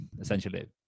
essentially